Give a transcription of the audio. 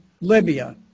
Libya